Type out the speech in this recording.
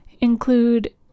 include